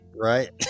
Right